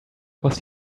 was